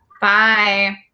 Bye